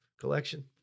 collection